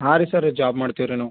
ಹಾಂ ರೀ sir job ಮಾಡ್ತೀವಿ ರೀ ನಾವು